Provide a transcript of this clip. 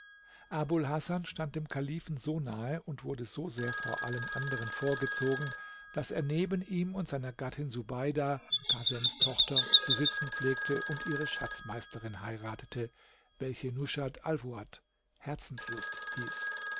abul hasan stand dem kalifen so nahe und wurde so sehr vor allen anderen vorgezogen daß er neben ihm und seiner gattin subeida kasems tochter zu sitzen pflegte und ihre schatzmeisterin heiratete welche nushat alfuad herzenslust hieß